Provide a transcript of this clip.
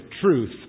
truth